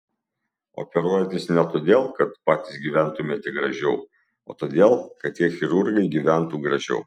operuojatės ne todėl kad patys gyventumėte gražiau o todėl kad tie chirurgai gyventų gražiau